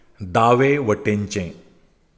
दावे वटेनचें